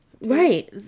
Right